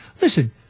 listen